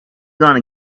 gonna